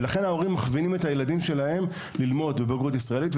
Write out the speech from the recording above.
ולכן הם מכווינים את הילדים שלהם ללמוד בבגרות ישראלית,